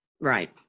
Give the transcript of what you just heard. right